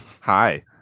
hi